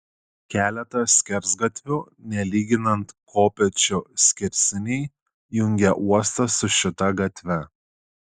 keletas skersgatvių nelyginant kopėčių skersiniai jungė uostą su šita gatve